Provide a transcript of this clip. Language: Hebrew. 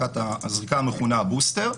הזריקה המכונה בוסטר.